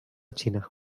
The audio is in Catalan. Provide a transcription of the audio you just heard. xina